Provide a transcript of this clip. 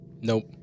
Nope